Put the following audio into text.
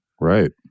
Right